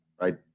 right